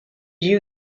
you